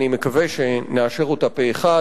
אני מקווה שנאשר אותה פה אחד.